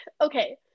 okay